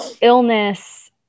illness